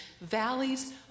Valleys